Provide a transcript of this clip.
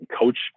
coach